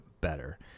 better